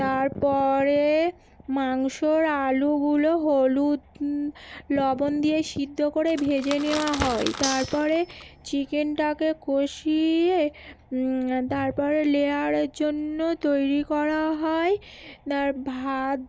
তারপরে মাংসের আলুগুলো হলুদ লবণ দিয়ে সিদ্ধ করে ভেজে নেওয়া হয় তারপরে চিকেনটাকে কষিয়ে তারপরে লেয়ারের জন্য তৈরি করা হয় ভাত